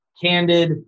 candid